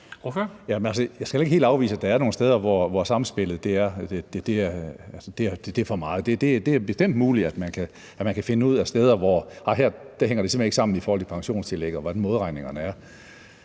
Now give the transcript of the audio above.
jeg skal heller ikke helt afvise, at der er nogle steder, hvor samspillet er for meget. Det er bestemt muligt, at man kan finde nogle steder, hvor det slet ikke hænger sammen i forhold til pensionstillægget, hvordan modregningerne er.